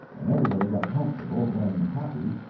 and everybody got comfortable, then happy,